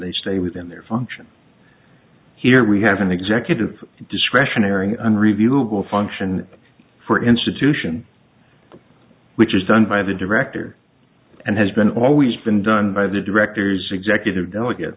they stay within their function here we have an executive discretionary unreviewable function for institution which is done by the director and has been always been done by the directors executive delegate